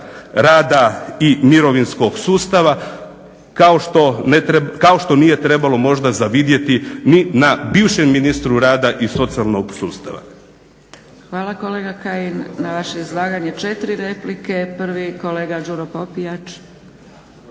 rada i mirovinskog sustava kao što nije trebalo možda zavidjeti ni na bivšem ministru rada i socijalnog sustava. **Zgrebec, Dragica (SDP)** Hvala kolega Kajin. Na vaše izlaganje 4 replike. Prvi kolega Đuro Popijač.